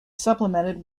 supplemented